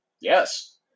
Yes